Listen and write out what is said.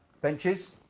Benches